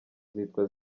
zitwa